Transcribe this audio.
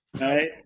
right